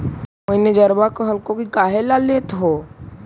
मैनेजरवा कहलको कि काहेला लेथ हहो?